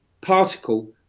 particle